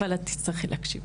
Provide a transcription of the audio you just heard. אבל את תצטרכי להקשיב.